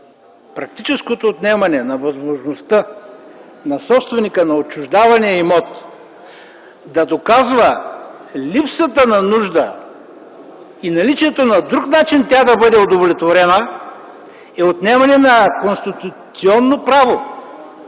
практическото отнемане на възможността на собственика на отчуждавания имот да доказва липсата на нужда и наличието на друг начин тя да бъде удовлетворена, е отнемане на конституционно право.